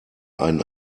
einen